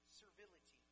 servility